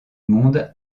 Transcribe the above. monde